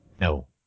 No